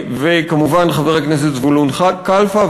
וכמובן, חבר הכנסת זבולון קלפה.